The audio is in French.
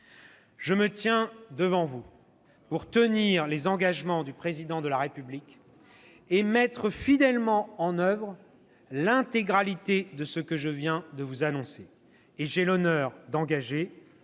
Je me tiens devant vous pour tenir les engagements du Président de la République et mettre fidèlement en oeuvre l'intégralité de ce que je viens de vous annoncer. Et j'ai l'honneur d'engager